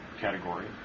category